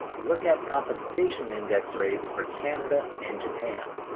look at compensation index rates for canada and japan.